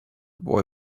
boy